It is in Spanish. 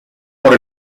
por